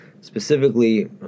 specifically